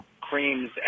creams